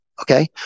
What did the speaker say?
Okay